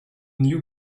new